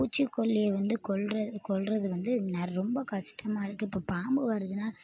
பூச்சிக்கொல்லி வந்து கொல் கொல்வது வந்து ரொம்ப கஷ்டமாருக்கு இப்போ பாம்பு வருதுனால்